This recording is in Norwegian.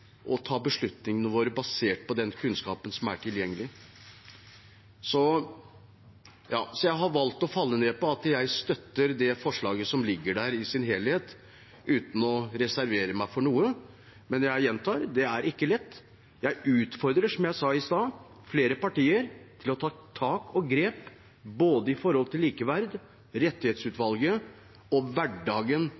ta beslutningene våre basert på den kunnskapen som er tilgjengelig. Så jeg har valgt å falle ned på at jeg støtter det forslaget som ligger der, i sin helhet, uten å reservere meg mot noe, men jeg gjentar: Det er ikke lett. Jeg utfordrer, som jeg sa i stad, flere partier til å ta tak og grep, både når det gjelder likeverd,